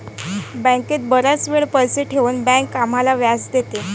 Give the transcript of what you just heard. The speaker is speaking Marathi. बँकेत बराच वेळ पैसे ठेवून बँक आम्हाला व्याज देते